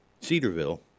Cedarville